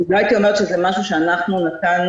לא הייתי אומרת שזה משהו שאנחנו נתנו